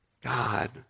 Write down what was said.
God